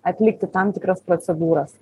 atlikti tam tikras procedūras